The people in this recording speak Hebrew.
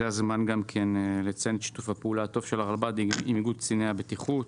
זה הזמן לציין את שיתוף הפעולה הטוב של הרלב"ד עם איגוד קציני הבטיחות,